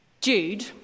Jude